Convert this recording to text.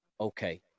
Okay